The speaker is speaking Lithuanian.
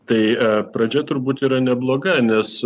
tai pradžia turbūt yra nebloga nes